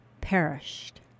perished